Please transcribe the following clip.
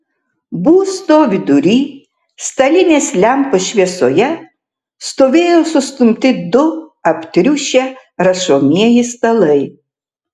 būsto vidury stalinės lempos šviesoje stovėjo sustumti du aptriušę rašomieji stalai